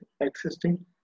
existing